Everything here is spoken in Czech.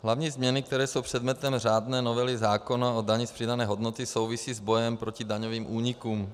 Hlavní změny, které jsou předmětem řádné novely zákona o dani z přidané hodnoty, souvisí s bojem proti daňovým únikům.